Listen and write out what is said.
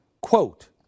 quote